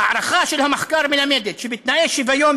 ההערכה של המחקר מלמדת שבתנאי שוויון